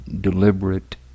deliberate